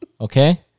Okay